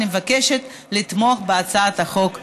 אני מבקשת לתמוך בהצעת החוק הזאת.